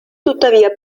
tuttavia